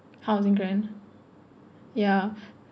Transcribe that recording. housing grant ya